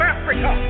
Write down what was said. Africa